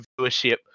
viewership